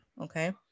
okay